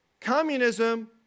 Communism